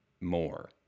more